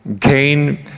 Cain